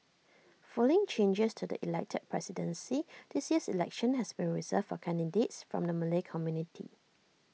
following changes to the elected presidency this year's election has been reserved for candidates from the Malay community